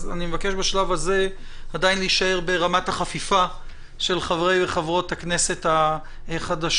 אז אני מבקש בשלב הזה להישאר ברמת החפיפה של חברי וחברות הכנסת החדשים.